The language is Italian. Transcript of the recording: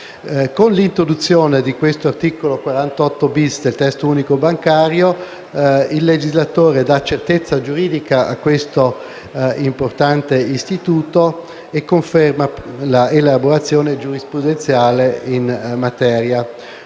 Con l'introduzione dell'articolo 48-*bis* del testo unico bancario, il legislatore dà certezza giuridica a questo importante istituto e conferma l'elaborazione giurisprudenziale in materia.